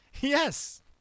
Yes